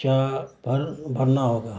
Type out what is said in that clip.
چا بھر بھرنا ہوگا